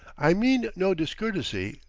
i mean no discourtesy,